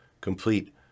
complete